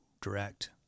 direct